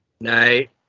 Night